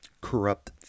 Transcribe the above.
corrupt